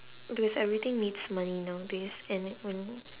plus everything needs money nowadays and when